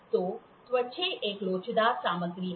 तो त्वचा एक लोचदार सामग्री है